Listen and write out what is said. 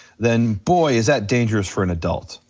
then boy is that dangerous for an adult.